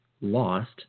lost